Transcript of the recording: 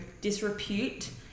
disrepute